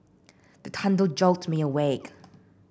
the thunder jolt me awake